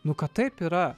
nu kad taip yra